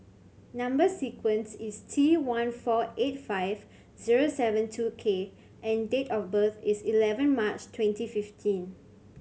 number sequence is T one four eight five zero seven two K and date of birth is eleven March twenty fifteen